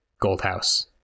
Goldhouse